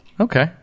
Okay